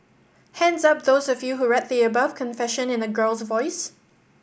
hands up those of you who read the above confession in a girl's voice